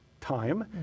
time